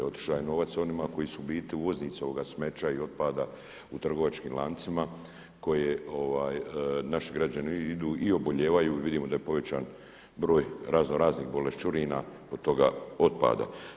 Otišao je novac onima koji su u biti uvoznici ovoga smeća i otpada u trgovačkim lancima u koje naši građani idu i obolijevaju jer vidimo da je povećan broj raznoraznih boleščurina od toga otpada.